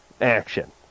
action